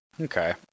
okay